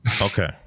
Okay